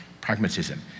pragmatism